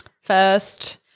first